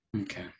Okay